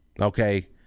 okay